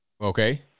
Okay